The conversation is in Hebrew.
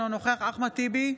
אינו נוכח אחמד טיבי,